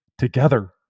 together